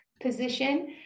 position